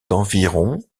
d’environ